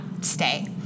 stay